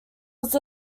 was